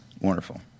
wonderful